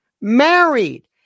married